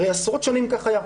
הרי עשרות שנים כך היה.